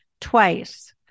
twice